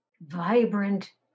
Vibrant